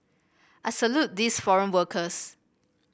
I salute these foreign workers